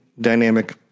Dynamic